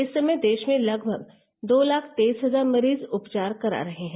इस समय देश में लगभग दो लाख तेईस हजार मरीज उपचार करा रहे हैं